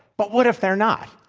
but what if they're not?